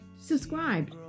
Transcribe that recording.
subscribe